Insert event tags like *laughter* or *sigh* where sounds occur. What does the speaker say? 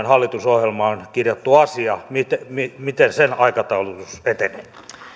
*unintelligible* hallitusohjelmaan kirjattu vapaaehtoisuuden asia sen aikataulutus etenee